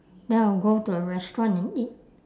then I'll go to a restaurant and eat